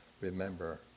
Remember